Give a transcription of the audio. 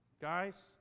guys